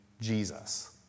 Jesus